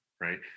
right